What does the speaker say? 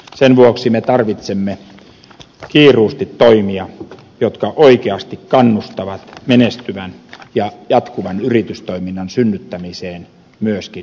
sen vuoksi me tarvitsemme kiiruusti toimia jotka oikeasti kannustavat menestyvän ja jatkuvan yritystoiminnan synnyttämiseen myöskin maaseudulle